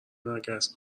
مگس